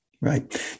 Right